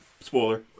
Spoiler